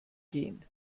gehen